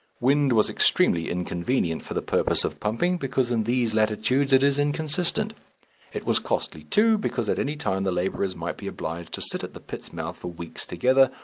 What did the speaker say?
wind was extremely inconvenient for the purpose of pumping, because in these latitudes it is inconstant it was costly, too, because at any time the labourers might be obliged to sit at the pit's mouth for weeks together,